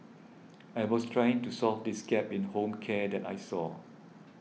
I was trying to solve this gap in home care that I saw